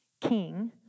king